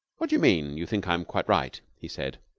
what do you mean you think i am quite right? he said.